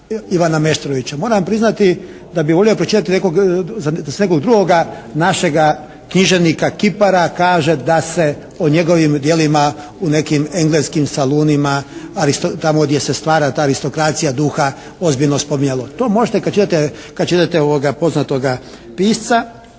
Ivana Meštrovića. Moram priznati da bih volio pročitati nekog, za nekog drugoga našega književnika, kipara kaže da se o njegovim djelima u nekim engleskim salunima, tamo gdje se stvara ta aristrokacija duha ozbiljno spominje … /Govornik se ne razumije./